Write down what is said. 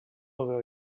over